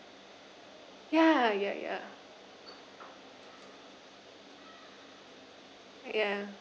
ya ya ya ya